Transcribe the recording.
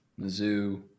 mizzou